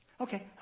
Okay